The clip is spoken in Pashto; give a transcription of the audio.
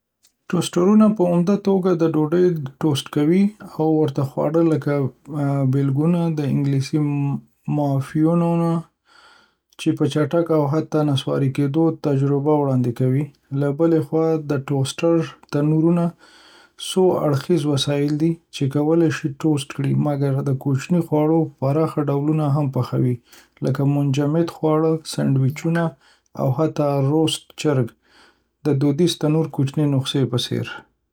ټوسټرونه په عمده توګه د ډوډۍ ټوسټ کوي او ورته خواړه لکه بیګلونه او انګلیسي مافینونه، چې د چټک او حتی نسواري کیدو تجربه وړاندې کوي. له بلې خوا، د ټوسټر تنورونه څو اړخیز وسایل دي چې کولی شي ټوسټ کړي، مګر د کوچني خواړو پراخه ډولونه هم پخوي، لکه منجمد خواړه، سینڈوچونه، او حتی روسټ چرګ، د دودیز تنور کوچنۍ نسخې په څیر.